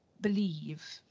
believe